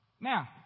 Now